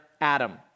Adam